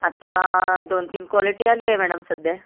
आत्ता दोनतीन कॉलेटी आली आहे मॅडम सध्या